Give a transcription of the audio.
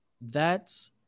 That's-